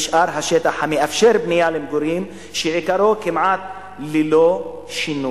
נשאר השטח המאפשר בנייה למגורים שעיקרו כמעט ללא שינוי.